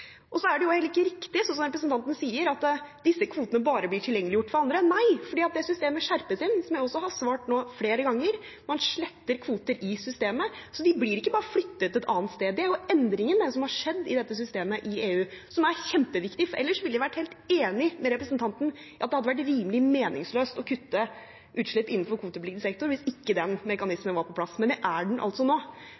Så er det heller ikke riktig som representanten sier, at disse kvotene bare blir tilgjengeliggjort for andre. Nei, fordi det systemet skjerpes inn, som jeg også har svart flere ganger. Man sletter kvoter i systemet, så de blir ikke bare flyttet et annet sted. Det er den endringen som har skjedd i dette systemet i EU, noe som er kjempeviktig. Ellers ville jeg vært enig med representanten i at det hadde vært rimelig meningsløst å kutte utslipp innenfor kvotepliktig sektor hvis ikke den